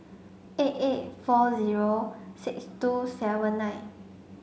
eight eight four zero six two seven nine